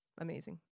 amazing